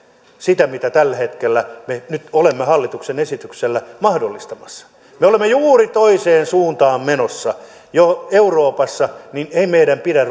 sitä mitä me nyt tällä hetkellä olemme hallituksen esityksellä mahdollistamassa me olemme juuri toiseen suuntaan menossa euroopassa mutta ei meidän pidä